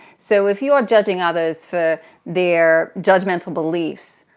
so if you are judging others for their judgmental beliefs,